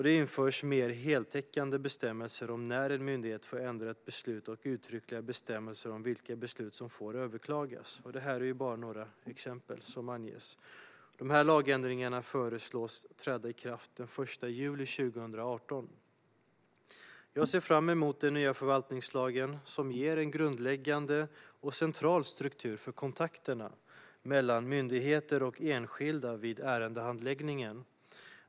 Det införs mer heltäckande bestämmelser om när en myndighet får ändra ett beslut och uttryckliga bestämmelser om vilka beslut som får överklagas. Detta är bara några exempel som anges. Lagändringarna föreslås träda i kraft den 1 juli 2018. Jag ser fram emot den nya förvaltningslagen, som ger en grundläggande och central struktur för kontakterna mellan myndigheter och enskilda vid ärendehandläggningen.